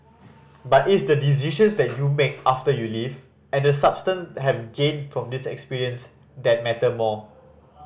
but its the decisions that you make after you leave and the substance have gained from this experience that matter more